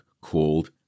called